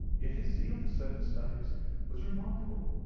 yet his zeal for certain studies was remarkable,